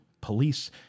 police